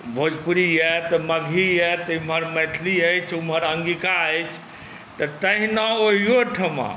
भोजपुरी अइ तऽ मगही अइ तऽ एमहर मैथिली अछि ओमहर अङ्गिका अछि तऽ तहिना ओहिओठमा